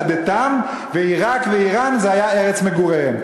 מולדתם, ועיראק ואיראן, זה היה ארץ מגוריהם.